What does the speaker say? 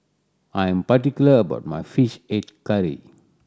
I am particular about my Fish Head Curry